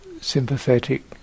sympathetic